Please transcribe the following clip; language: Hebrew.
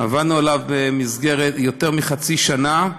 עבדנו עליו יותר מחצי שנה,